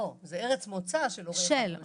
לא, זה ארץ מוצא של הורה 1,